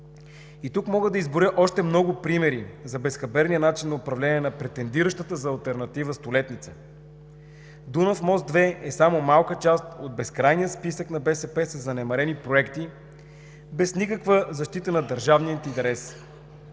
Тук мога да изброя още много примери за безхаберния начин на управление на претендиращата за алтернатива Столетница. „Дунав мост 2“ е само малка част от безкрайния списък на БСП със занемарени проекти без никаква защита на държавния интерес.